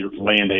land